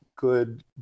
good